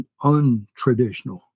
untraditional